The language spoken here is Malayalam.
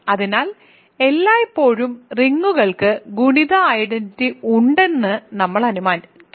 അതിനാൽ എല്ലായ്പ്പോഴും റിങ്ങുകൾക്ക് ഗുണന ഐഡന്റിറ്റി ഉണ്ടെന്ന് നമ്മൾ അനുമാനിക്കും